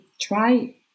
try